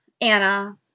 Anna